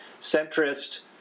centrist